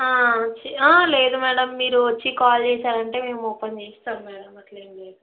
లేదు మ్యాడమ్ మీరు వచ్చి కాల్ చేసారంటే మేము ఓపెన్ చేస్తాం మ్యాడమ్ అట్ల ఏమి లేదు